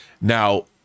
now